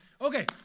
Okay